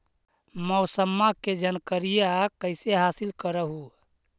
मौसमा के जनकरिया कैसे हासिल कर हू?